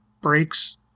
breaks